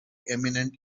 eminent